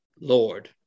Lord